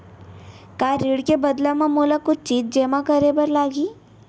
का ऋण के बदला म मोला कुछ चीज जेमा करे बर लागही?